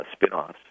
spinoffs